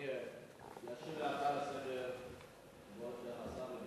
ותשאיר את שאר הסקטורים לנפשם,